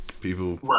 people